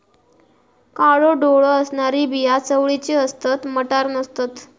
काळो डोळो असणारी बिया चवळीची असतत, मटार नसतत